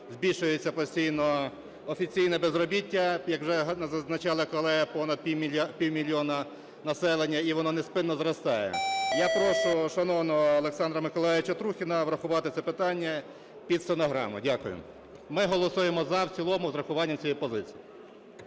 збільшується постійно офіційне безробіття, як вже зазначали колеги, понад півмільйона населення, і воно неспинно зростає. Я прошу шановного Олександра Миколайовича Трухіна врахувати це питання під стенограму. Дякую. Ми голосуємо "за" в цілому з урахуванням цієї позиції.